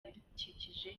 ibidukikije